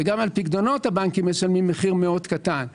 גם על פיקדונות הבנקים משלמים מחיר מאוד קטן.